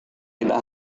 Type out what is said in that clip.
tidak